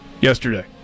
yesterday